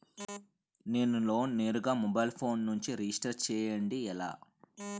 నేను లోన్ నేరుగా mobile phone నుంచి రిజిస్టర్ చేయండి ఎలా?